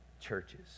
churches